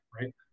right